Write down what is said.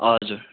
हजुर